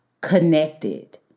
connected